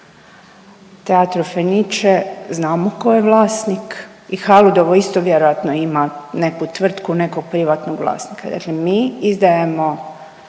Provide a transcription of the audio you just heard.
Teatro Fenice znamo tko je vlasnik i Haludovo isto vjerojatno ima neku tvrtku, nekog privatnog vlasnika. Dakle, mi izdajemo